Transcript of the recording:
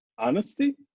honesty